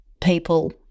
people